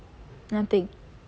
nothing